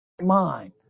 mind